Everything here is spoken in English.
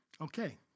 Okay